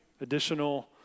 additional